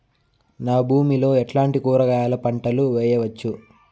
నా భూమి లో ఎట్లాంటి కూరగాయల పంటలు వేయవచ్చు?